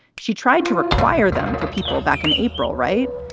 she tried to require them for people back in april. right.